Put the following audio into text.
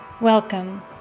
Welcome